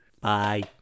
bye